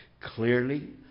Clearly